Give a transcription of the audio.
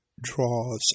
draws